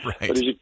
Right